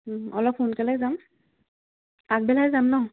অলপ সোনকালে যাম আগবেলাই যাম ন